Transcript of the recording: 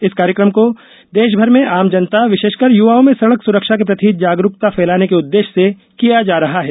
इस कार्यक्रम को देशभर में आम जनता विशेषकर युवाओं में सड़क सुरक्षा के प्रति जागरुकता फैलाने के उद्देश्य से किया जा रहा है